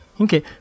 Okay